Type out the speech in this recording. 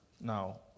Now